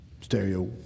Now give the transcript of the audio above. Stereo